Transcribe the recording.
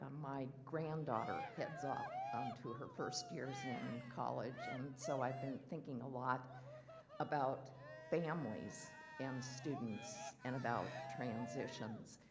my granddaughter heads off to her first years in college, and so i've been thinking a lot about families and students and about transitions.